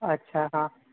અચ્છા હા